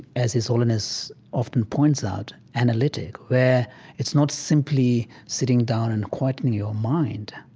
as his holiness often points out, analytic where it's not simply sitting down and quieting your mind,